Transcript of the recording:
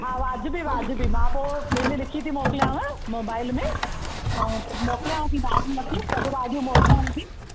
हा वाजिबी वाजिबी मां पोइ बिल लिखी थी मोकिलियांव मोबाइल में ऐं मोकिलियांव थी सभु भाॼियूं मोकिलियांव थी